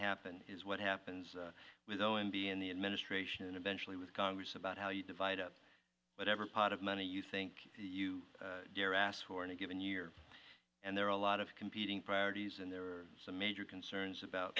happen is what happens with o m b and the administration and eventually with congress about how you divide up whatever pot of money you think you dare ask for any given year and there are a lot of competing priorities and there are some major concerns about